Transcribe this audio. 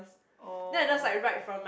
oh